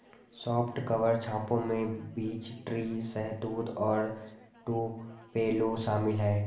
soft cover छापों में beech tree, शहतूत और टुपेलो शामिल है